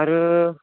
आरो